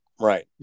right